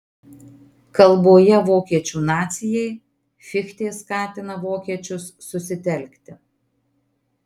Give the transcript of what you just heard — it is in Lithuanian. kalboje vokiečių nacijai fichtė skatina vokiečius susitelkti